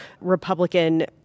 Republican